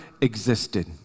existed